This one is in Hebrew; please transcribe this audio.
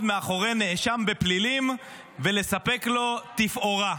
מאחורי נאשם בפלילים ולספק לו תפאורה.